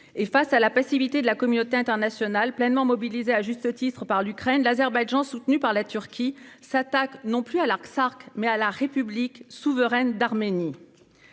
face à la passivité de la communauté internationale, pleinement mobilisée, à juste titre, par l'Ukraine, l'Azerbaïdjan, soutenu par la Turquie, s'attaque non plus à l'Artsakh, mais à la République souveraine d'Arménie.